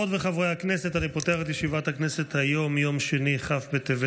דברי הכנסת יב / מושב שני / ישיבה קל"ב / כ' וכ"ב בטבת